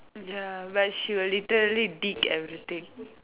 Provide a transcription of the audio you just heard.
ya but she will literally dig everything